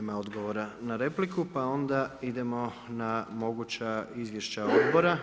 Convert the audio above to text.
Nema odgovora na repliku pa onda idemo na moguća izvješća odbora.